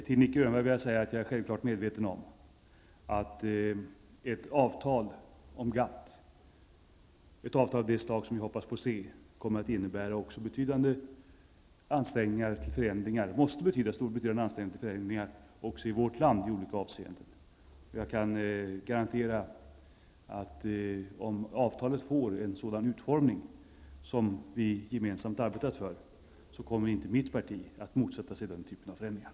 Till Nic Grönvall vill jag säga att jag självfallet är medveten om att ett avtal med GATT av det slag som vi hoppas få se också måste innebära betydande ansträngningar till förändringar i olika avseenden även i vårt land. Jag kan garantera att om avtalet får en sådan utformning som vi gemensamt arbetat för, kommer inte mitt parti att motsätta sig den typen av förändringar.